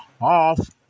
off